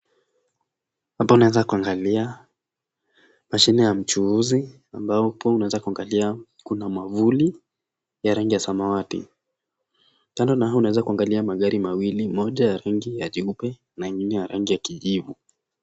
Hapa unaweza kuanglia mashine ya mchuuzi, ambapo unaweza kuangalia kuna mwavuli, ya rangi ya samawati. Kando na hayo unaweza kuangalia magari mawili, moja ya rangi ya jeupe, na ingine ya rangi ya kijivu.